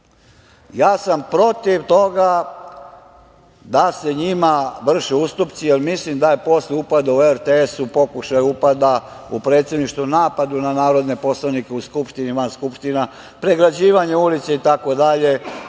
zakon. Protiv toga sam da se njima vrše ustupci, jer mislim da je posle upada u RTS, pokušaja upada u Predsedništvo, napad na narodne poslanike u Skupštini, van skupštine, pregrađivanje ulice itd.